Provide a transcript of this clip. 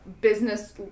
business